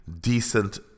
decent